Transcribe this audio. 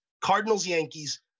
Cardinals-Yankees